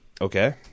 Okay